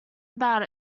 about